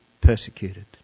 persecuted